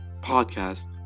Podcast